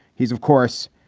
he's, of course,